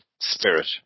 spirit